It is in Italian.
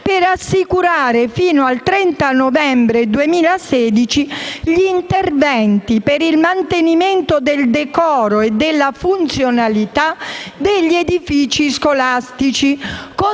per assicurare fino al 30 novembre 2016 gli interventi per il mantenimento del decoro e della funzionalità degli edifici scolastici,